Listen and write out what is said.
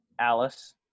Alice